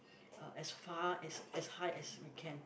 uh as far as as high as we can